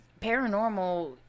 paranormal